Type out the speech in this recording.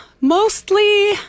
Mostly